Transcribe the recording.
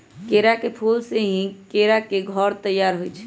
केरा के फूल से ही केरा के घौर तइयार होइ छइ